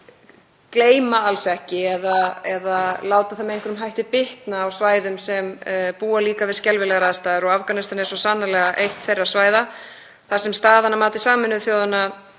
gleyma alls ekki eða láta það með einhverjum hætti bitna á svæðum sem búa líka við skelfilegar aðstæður. Afganistan er svo sannarlega eitt þeirra svæða þar sem staðan í mannúðarmálum hefur